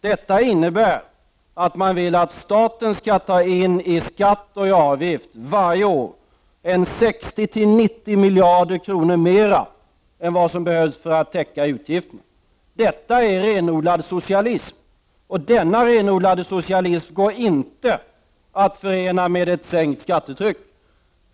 Detta innebär att man vill att staten i skatt och avgift varje år skall ta in 60-90 miljarder kronor mer än vad som behövs för att täcka utgifterna. Detta är renodlad socialism! Och denna renodlade socialism går inte att förena med ett sänkt skattetryck.